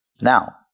Now